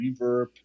reverb